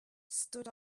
stood